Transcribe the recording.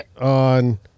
on